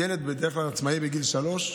ילד הוא בדרך כלל עצמאי בגיל שלוש.